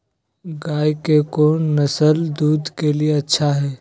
गाय के कौन नसल दूध के लिए अच्छा है?